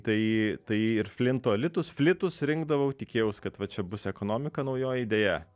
tai tai ir flinto litus flitus rinkdavau tikėjaus kad va čia bus ekonomika naujoji deja